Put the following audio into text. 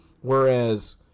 Whereas